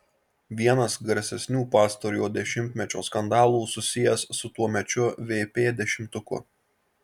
vienas garsesnių pastarojo dešimtmečio skandalų susijęs su tuomečiu vp dešimtuku